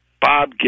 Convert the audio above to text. Bob